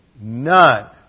none